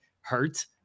hurt